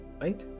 Right